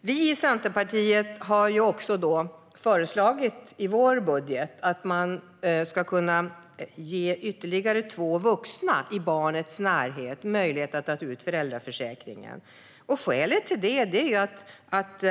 Vi i Centerpartiet har även föreslagit i vår budget att man ska kunna ge ytterligare två vuxna i barnets närhet möjlighet att ta ut föräldraförsäkringen. Skälet till det är att